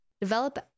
develop